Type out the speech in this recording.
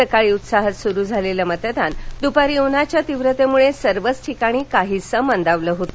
सकाळी उत्साहात सुरु झालेलं मतदान द्रुपारी उन्हाच्या तीव्रतेमुळे सर्वच ठिकाणी काहीस मंदावल होत